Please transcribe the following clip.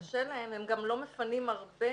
הן לא מפנות הרבה,